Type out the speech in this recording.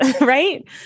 right